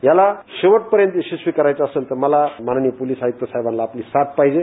याला शेवटपर्यंत यशस्वी करायचं असंल तर मला मला माननीय पोलीस आयुक्त साहेबांना आपली साथ पाहिजेल